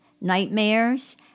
nightmares